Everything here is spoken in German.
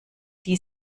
die